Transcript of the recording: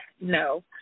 no